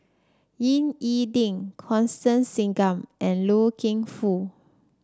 Ying E Ding Constance Singam and Loy Keng Foo